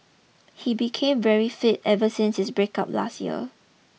he became very fit ever since his breakup last year